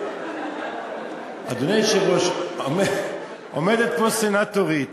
אדוני היושב-ראש, עומדת פה סנטורית,